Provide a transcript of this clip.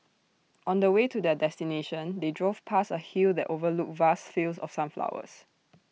on the way to their destination they drove past A hill that overlooked vast fields of sunflowers